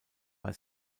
bei